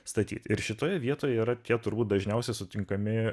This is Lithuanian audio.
statyt ir šitoje vietoje yra tie turbūt dažniausiai sutinkami